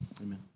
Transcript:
Amen